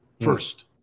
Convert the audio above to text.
first